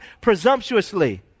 presumptuously